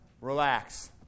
Relax